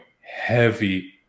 heavy